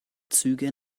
züge